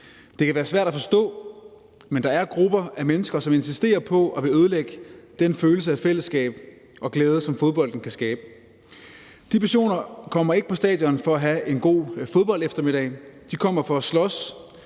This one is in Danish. Det kan være svært at forstå, men der er grupper af mennesker, som insisterer på at ville ødelægge den følelse af fællesskab og glæde, som fodbolden kan skabe. De personer kommer ikke på stadion for at have en god fodboldeftermiddag. De kommer for at slås,